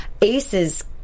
ace's